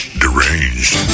deranged